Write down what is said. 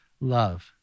love